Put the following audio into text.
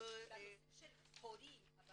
בנושא של הורים.